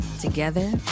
Together